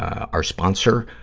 our sponsor,